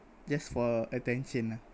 just for attention ah